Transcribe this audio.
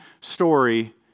story